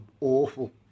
awful